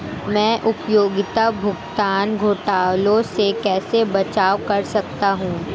मैं उपयोगिता भुगतान घोटालों से कैसे बचाव कर सकता हूँ?